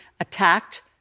attacked